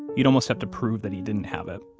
you'd almost have to prove that he didn't have it